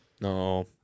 No